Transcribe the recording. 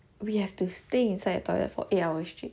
we have to stay inside the toilet for eight hours straight